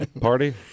party